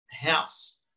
house